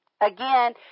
again